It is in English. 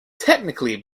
technically